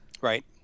right